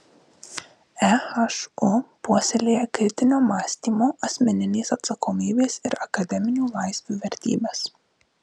ehu puoselėja kritinio mąstymo asmeninės atsakomybės ir akademinių laisvių vertybes